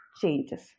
changes